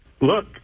Look